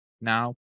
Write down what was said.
now